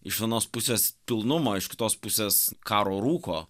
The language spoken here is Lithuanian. iš anos pusės pilnumo iš kitos pusės karo rūko